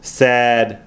sad